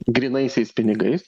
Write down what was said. grynaisiais pinigais